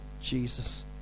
Jesus